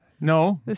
No